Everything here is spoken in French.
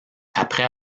après